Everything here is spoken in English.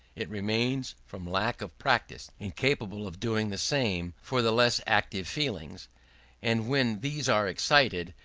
it remains from lack of practice, incapable of doing the same for the less active feelings and when these are excited,